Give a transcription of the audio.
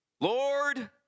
Lord